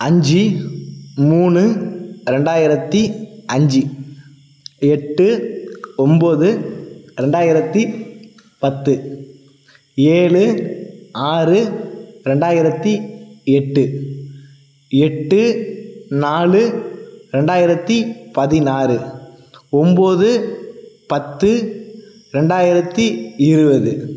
அஞ்சு மூணு ரெண்டாயிரத்தி அஞ்சு எட்டு ஒம்போது ரெண்டாயிரத்தி பத்து ஏழு ஆறு ரெண்டாயிரத்தி எட்டு எட்டு நாலு ரெண்டாயிரத்தி பதினாறு ஒம்போது பத்து ரெண்டாயிரத்தி இருபது